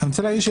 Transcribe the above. אני רוצה להעיר,